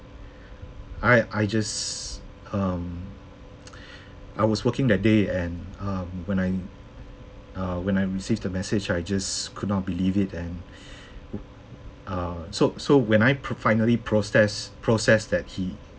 I I just um I was working that day and um when I uh when I received the message I just could not believe it and uh so so when I pr~ finally processed processed that he